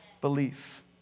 belief